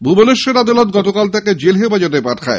ভুবনেশ্বর আদালত গতকাল তাকে জেল হেফাজতে পাঠায়